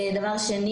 דבר נוסף,